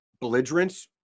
belligerence